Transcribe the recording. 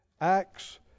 Acts